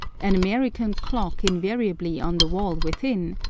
an american clock invariably on the wall within,